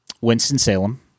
Winston-Salem